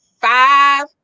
five